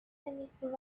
anything